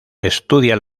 estudia